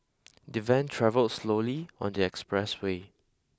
the van travelled slowly on the expressway